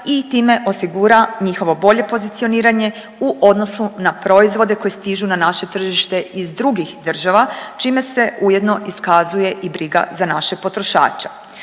i time osigura njihovo bolje pozicioniranje u odnosu na proizvode koji stižu na naše tržište iz drugih država, čime se ujedno iskazuje i briga za naše potrošače.